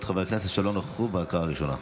חברי הכנסת שלא נכחו בהקראה הראשונה.